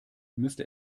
müsste